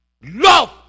love